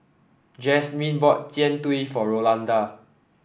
Jazmyn bought Jian Dui for Rolanda